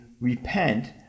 repent